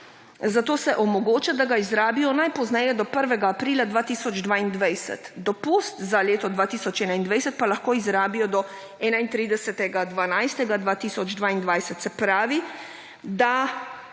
zato se omogoča, da ga izrabijo najpozneje do 1. aprila 2022. Dopust za leto 2021 pa lahko izrabijo do 31. 12. 2022. SE pravi, da